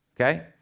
Okay